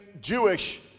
Jewish